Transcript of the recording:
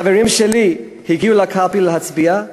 חברים שלי הגיעו לקלפי להצביע,